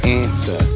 answer